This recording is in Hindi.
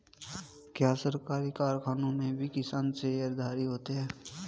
क्या सरकारी कारखानों में भी किसान शेयरधारी होते हैं?